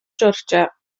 georgia